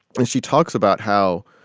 and she talks about how,